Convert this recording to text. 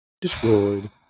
destroyed